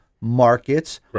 markets